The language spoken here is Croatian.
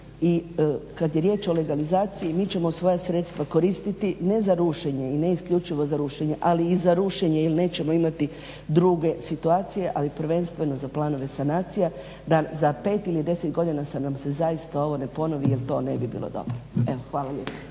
i kad je riječ o legalizaciji mi ćemo svoja sredstva koristiti ne za rušenje i ne isključivo za rušenje, ali i za rušenje jer nećemo imati druge situacije ali prvenstveno za planove sanacija da za pet ili deset godina nam se zaista ovo ne ponovi jer to ne bi bilo dobro. Evo, hvala lijepa.